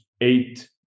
eight